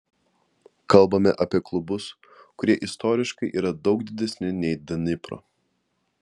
kalbame apie klubus kurie istoriškai yra daug didesni nei dnipro